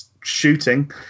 shooting